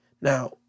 Now